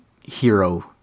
hero